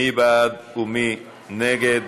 מי בעד ומי נגד?